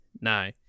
No